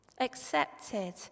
accepted